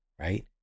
right